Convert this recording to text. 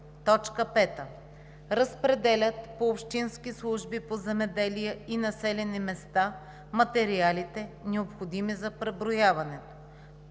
райони; 5. разпределят по общински служби по земеделие и населени места материалите, необходими за преброяването;